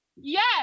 yes